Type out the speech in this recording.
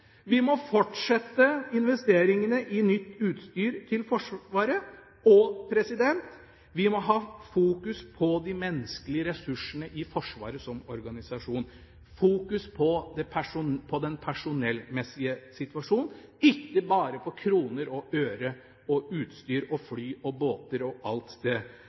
Vi må fortsette investeringene i nytt utstyr til Forsvaret, og vi må fokusere på de menneskelige ressursene i Forsvaret som organisasjon, fokusere på den personellmessige situasjonen, ikke bare på kroner og ører og utstyr og fly og båter og alt det